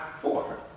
four